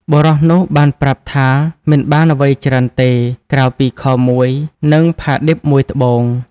បុរសនោះបានប្រាប់ថាមិនបានអ្វីច្រើនទេ ក្រៅពីខោមួយ និងផាឌិបមួយត្បូង។